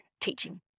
teaching